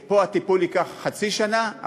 פה הטיפול ייקח חצי שנה,